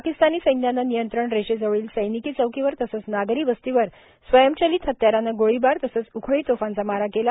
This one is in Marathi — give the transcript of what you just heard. पाकिस्तानी सैन्यानं नियंत्रण रेषेजवळील सैनिकी चौंकीवर तसंच नागरी वस्तीवर स्वयंचलित हत्यारानं गोळीबार तसंच उखळी तोफांचा मारा केला